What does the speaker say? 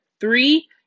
Three